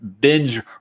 binge